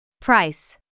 Price